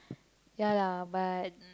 ya lah but